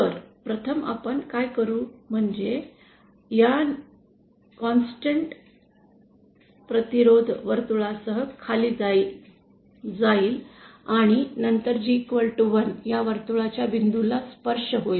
तर प्रथम आपण काय करू म्हणजे या निरंतर प्रतिरोध वर्तुळासह खाली जाईल आणि नंतर G1 या वर्तुळाच्या बिंदूला स्पर्श होईल